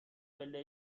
پله